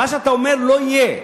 מה שאתה אומר לא יהיה.